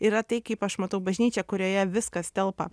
yra tai kaip aš matau bažnyčią kurioje viskas telpa